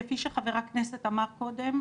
כפי שחבר הכנסת אמר קודם,